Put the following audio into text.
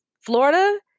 Florida